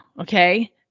okay